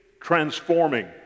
transforming